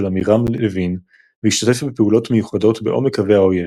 עמירם לוין והשתתף בפעולות מיוחדות בעומק קווי האויב.